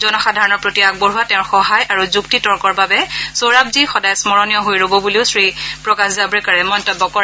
জনসাধাৰণৰ প্ৰতি আগবঢ়োৱা তেওঁৰ সহায় আৰু যুক্তি তৰ্কৰ বাবে চৰাবজি সদায় স্মৰণীয হৈ ৰব বুলি শ্ৰী জাভ্ৰেকাড়ে মন্তব্য কৰে